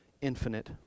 infinite